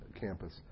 campus